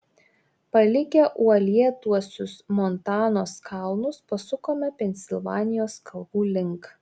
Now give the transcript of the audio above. palikę uolėtuosius montanos kalnus pasukome pensilvanijos kalvų link